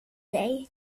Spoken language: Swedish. dig